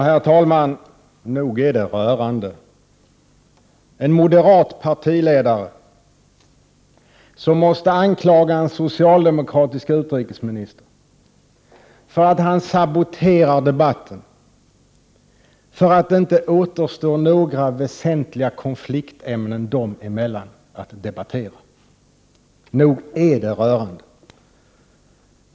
Herr talman! Nog är det rörande — en moderat partiledare som måste anklaga en socialdemokratisk utrikesminister för att han saboterar debatten, därför att det inte återstår några väsentliga konfliktämnen dem emellan att debattera. Nog är det rörande.